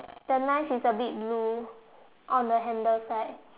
the knife is a bit blue on the handle side